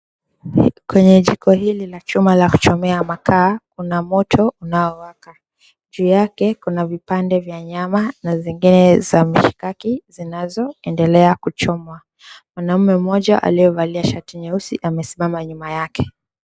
Kwenye jiko hili la chuma la kuchomwa makaa kuna moto unaowaka. Juu yake kuna vipande vya nyama na zengine za mishakiki zinazoendelea kuchomwa. Mwanaume mmoja aliyevalia shati nyeusi amesimama nyuma yake.